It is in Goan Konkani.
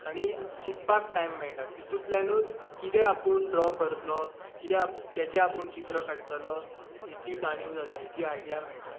आणी चिंतपाक टायम मेळटा तितूंतल्यानूच कितें आपूण ड्राॅ करतलो कित्याचें आपूण चित्र काडटलो हेची जाणीव जाता हेची आयडिया मेळटा